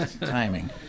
timing